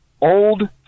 old